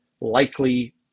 likely